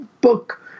book